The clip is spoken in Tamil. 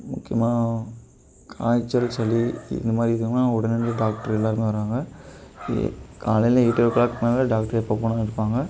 முக்கியமாக காய்ச்சல் சளி இந்த மாதிரி இருக்குனால் உடனடியா டாக்ட்ரு எல்லாேருமே வர்றாங்க இ காலையில் எயிட் ஓ க்ளாக் மேலே டாக்ட்ரு எப்போ போனாலும் இருப்பாங்க